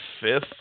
fifth